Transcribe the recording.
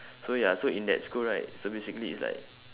so ya so in that school right so basically it's like